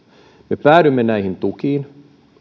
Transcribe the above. me päädymme näihin tukiin